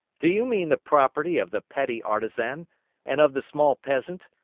do you mean the property of the petty artisan and of the small peasant,